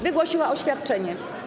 Wygłosiła oświadczenie.